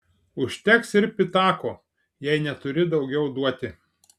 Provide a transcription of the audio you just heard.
užteks ir pitako jei neturi daugiau duoti